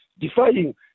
defying